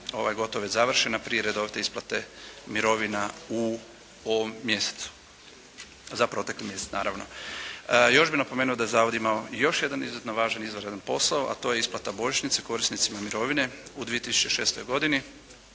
ova je gotovo već završena prije redovite isplate mirovina u ovom mjesecu, za protekli mjesec naravno. Još bih napomenuo da je Zavod imao još jedan izuzetno važan izvanredan posao, a to je isplata božićnice korisnicima mirovine u 2006. godini